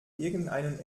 irgendeinen